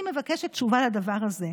אני מבקשת תשובה לדבר הזה.